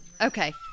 Okay